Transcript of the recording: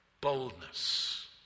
boldness